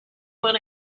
want